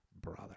brother